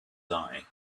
die